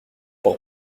pour